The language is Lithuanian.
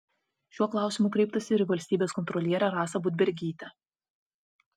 šiuo klausimu kreiptasi ir į valstybės kontrolierę rasą budbergytę